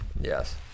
Yes